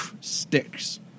sticks